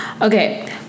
okay